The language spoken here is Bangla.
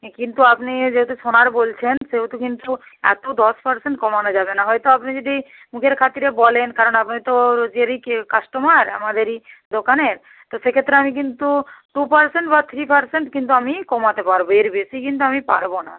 কিন্তু আপনি যেহেতু সোনার বলছেন সেহেতু কিন্তু এতো দশ পার্সেন্ট কমানো যাবে না হয়তো আপনি যদি মুখের খাতিরে বলেন কারণ আপনি তো রোজেরই কে কাস্টমার আমাদেরই দোকানের তো সেক্ষেত্রে আমি কিন্তু টু পার্সেন্ট বা থ্রি পার্সেন্ট কিন্তু আমি কমাতে পারবো এর বেশি কিন্তু আমি পারবো না